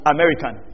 American